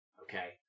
Okay